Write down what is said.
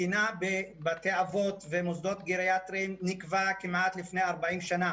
התקינה בבתי האבות ובמוסדות גריאטריים נקבעה כמעט לפני 40 שנה.